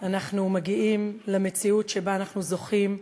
אנחנו מגיעים למציאות שבה אנחנו זוכים,